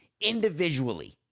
individually